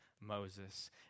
Moses